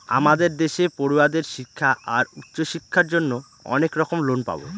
আমাদের দেশে পড়ুয়াদের শিক্ষা আর উচ্চশিক্ষার জন্য অনেক রকম লোন পাবো